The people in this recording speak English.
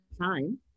time